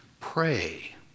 Pray